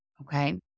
okay